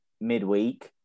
midweek